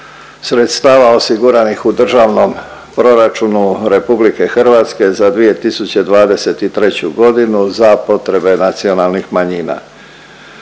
sredstava osiguranih u državnom proračunu republike hrvatske za 2023. godinu za potrebe nacionalnih manjina.